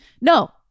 No